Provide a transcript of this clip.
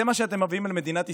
זה מה שאתם מביאים למדינת ישראל.